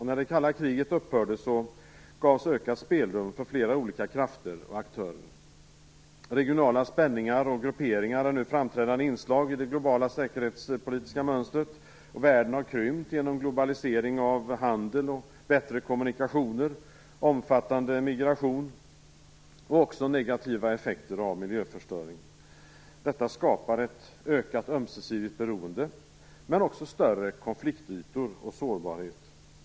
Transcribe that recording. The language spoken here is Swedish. När det kalla kriget upphörde gavs ökat spelrum för flera olika krafter och aktörer. Regionala spänningar och grupperingar är nu framträdande inslag i det globala säkerhetspolitiska mönstret. Världen har krympt genom globalisering av handel och bättre kommunikationer, omfattande migration samt negativa effekter av miljöförstöring. Detta skapar ett ökat ömsesidigt beroende men också större konfliktytor och sårbarhet.